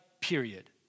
period